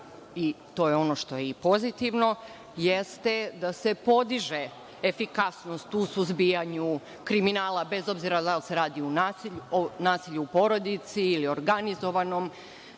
i to je ono što je pozitivno, jeste da se podiže efikasnost u suzbijanju kriminala, bez obzira da li se radi o nasilju u porodici ili organizovanom